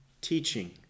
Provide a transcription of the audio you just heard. teaching